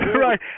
Right